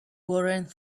warren